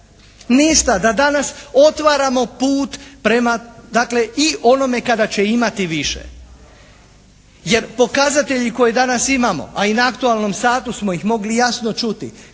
Ništa. Da danas otvaramo put prema dakle i onome kada će imati više. Jer pokazatelji koje danas imamo a i na aktualnom satu smo ih mogli jasno čuti,